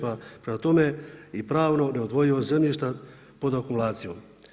Prema tome i pravno neodvojivost zemljišta pod akumulacijom.